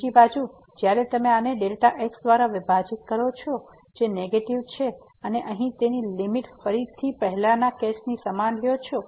બીજી બાજુ જ્યારે તમે આને Δx દ્વારા વિભાજીત કરો છો જે નેગેટીવ છે અને અહીં તેની લીમીટ ફરીથી પહેલા કેસની સમાન લ્યો છો